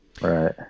Right